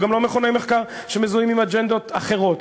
וגם לא מכוני מחקר שמזוהים עם אג'נדות אחרות.